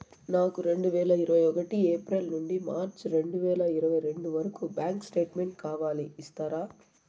నాకు రెండు వేల ఇరవై ఒకటి ఏప్రిల్ నుండి మార్చ్ రెండు వేల ఇరవై రెండు వరకు బ్యాంకు స్టేట్మెంట్ కావాలి ఇస్తారా